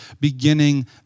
beginning